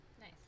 nice